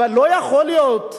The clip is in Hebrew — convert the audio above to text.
אבל לא יכול להיות,